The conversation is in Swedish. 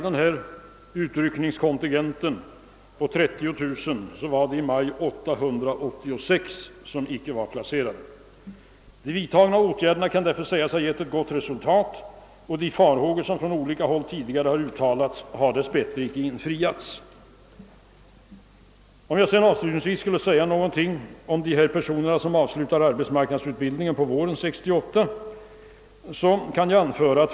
De vidtagna åtgärderna kan därför sägas ha gett ett gott resultat och de farhågor, som från olika håll tidigare uttalats, har inte besannats.